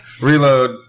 Reload